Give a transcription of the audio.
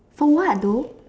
for what though